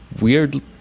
weird